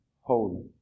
holy